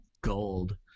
gold